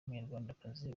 umunyarwandakazi